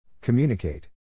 Communicate